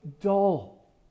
dull